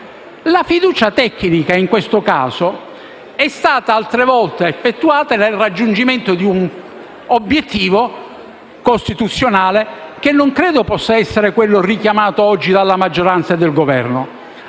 La fiducia tecnica è stata effettuata altre volte nel raggiungimento di un obiettivo costituzionale che non credo possa essere quello richiamato oggi dalla maggioranza e dal Governo,